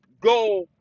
go